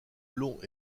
long